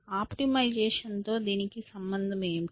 ఆప్టిమైజేషన్తో దీనికి సంబంధం ఏమిటి